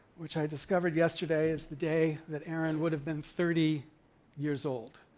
which i discovered yesterday is the day that aaron would have been thirty years old,